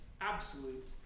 absolute